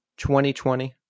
2020